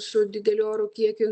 su dideliu oro kiekiu